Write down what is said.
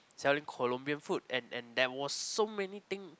selling Colombian food and and there was so many thing